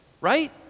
Right